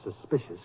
suspicious